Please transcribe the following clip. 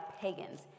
pagans